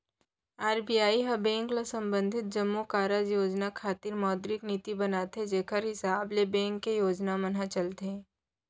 RBI ह bank ल संबंधित जम्मो कारज योजना खातिर मौद्रिक नीति बनाथे जेखर हिसाब ले बेंक के योजना मन ह चलथे